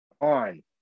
on